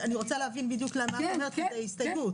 אני רוצה להבין למה את אומרת את ההסתייגות.